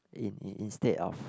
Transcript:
in in instead of